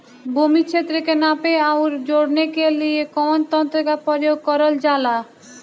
भूमि क्षेत्र के नापे आउर जोड़ने के लिए कवन तंत्र का प्रयोग करल जा ला?